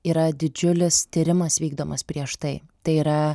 yra didžiulis tyrimas vykdomas prieš tai tai yra